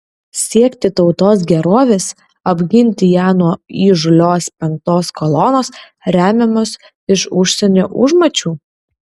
siekti tautos gerovės apginti ją nuo įžūlios penktos kolonos remiamos iš užsienio užmačių